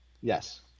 Yes